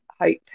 hope